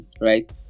right